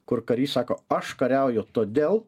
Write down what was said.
kur karys sako aš kariauju todėl